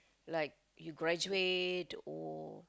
like you graduate or